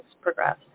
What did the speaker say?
progress